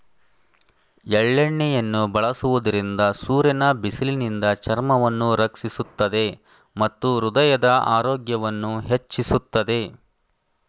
ಎಳ್ಳೆಣ್ಣೆಯನ್ನು ಬಳಸುವುದರಿಂದ ಸೂರ್ಯನ ಬಿಸಿಲಿನಿಂದ ಚರ್ಮವನ್ನು ರಕ್ಷಿಸುತ್ತದೆ ಮತ್ತು ಹೃದಯದ ಆರೋಗ್ಯವನ್ನು ಹೆಚ್ಚಿಸುತ್ತದೆ